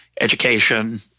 education